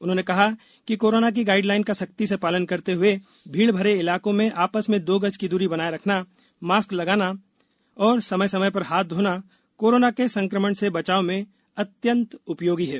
उन्होंने कहा कि कोरोना की गाइड लाइन का सख्ती से पालन करते हुए भीड़ भरे इलाकों में आपस में दो गज की दूरी बनाए रखना मास्क लगाना और समय समय पर हाथ धोना कोरोना के संक्रमण से बचाव में अत्यंत उपयोगी है